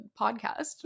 podcast